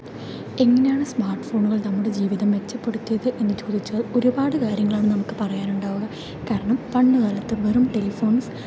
എങ്ങനെയാണ് സ്മാർട്ട് ഫോണുകൾ നമ്മുടെ ജീവിതം മെച്ചപ്പെടുത്തിയത് എന്ന് ചോദിച്ചാൽ ഒരുപാട് കാര്യങ്ങളാണ് നമുക്ക് പറയാൻ ഉണ്ടാവുക കാരണം പണ്ട് കാലത്ത് വെറും ടെലിഫോൺസ്